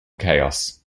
chaos